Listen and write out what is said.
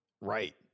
Right